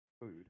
Food